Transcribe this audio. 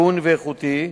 הגון ואיכותי,